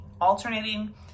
alternating